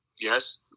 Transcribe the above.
Yes